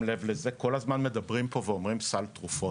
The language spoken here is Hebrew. לב אליו שכל הזמן מדברים פה על "סל תרופות".